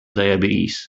diabetes